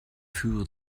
führen